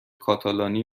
کاتالانی